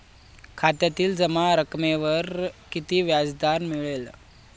खात्यातील जमा रकमेवर किती व्याजदर मिळेल?